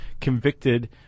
convicted